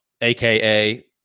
AKA